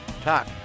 talk